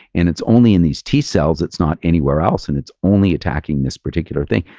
and it's only in these t-cells, it's not anywhere else and it's only attacking this particular thing.